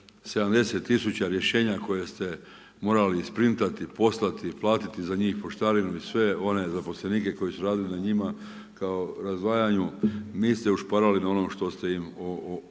tisuća rješenja koje ste morali isprintati i poslati za njih poštarinu i sve one zaposlenike koji su radili na njima kao razdvajanju niste ušparali na onom što ste im smanjili